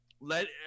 Let